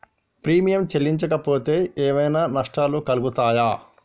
Premium చెల్లించకపోతే ఏమైనా నష్టాలు కలుగుతయా?